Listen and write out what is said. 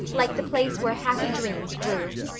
like the place where happy dreams grew.